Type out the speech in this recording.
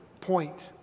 point